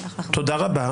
תודה רבה.